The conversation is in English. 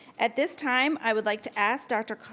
at this time, i would like to ask dr.